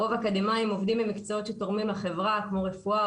הרוב אקדמאים שעובדים במקצועות שתורמים לחברה כמו רפואה,